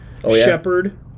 shepherd